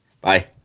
Bye